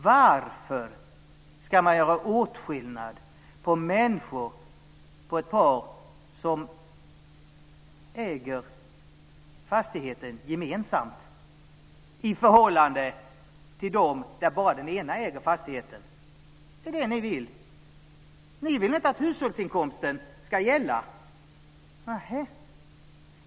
Varför ska man göra åtskillnad på människor, på ett par som äger fastigheten gemensamt, i förhållande till dem där bara den ena äger fastigheten? Det är det som ni vill. Ni vill inte att hushållsinkomsten ska gälla.